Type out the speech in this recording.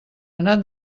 anar